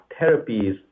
therapies